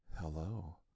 Hello